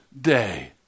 day